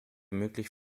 möglich